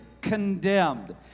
condemned